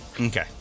Okay